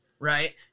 right